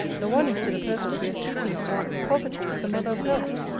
the one is to the purpose we are speaking of poverty is the mother of health.